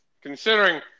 Considering